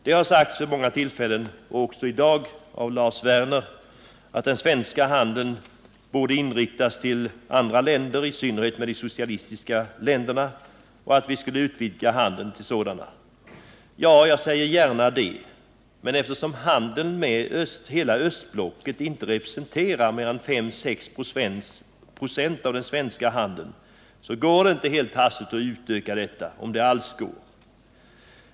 Det har sagts vid många tillfäilen — också i dag av Lars Werner— att den svenska handeln borde inriktas på andra länder, i synnerhet de socialistiska länderna, och att vi skall utvidga vår handel med de länderna. Ja, gärna det, men eftersom handeln med hela östblocket inte representerar mer än 5-6 96 av den svenska handeln, går det inte att helt hastigt utöka den — om det alls går.